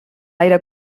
aire